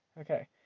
Okay